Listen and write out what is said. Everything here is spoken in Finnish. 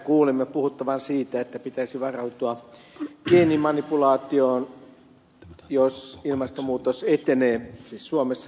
kuulemme puhuttavan siitä että suomessa pitäisi myös varautua geenimanipulaatioon jos ilmastonmuutos etenee